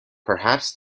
perhaps